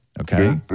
Okay